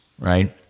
right